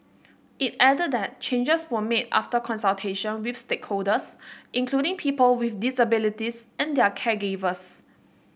it added that changes were made after consultation with stakeholders including people with disabilities and their caregivers